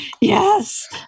yes